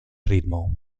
ritmo